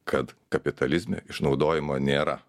kad kapitalizme išnaudojimo nėra